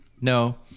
No